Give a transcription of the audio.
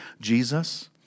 Jesus